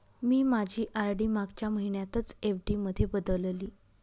मी माझी आर.डी मागच्या महिन्यातच एफ.डी मध्ये बदलली